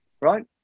right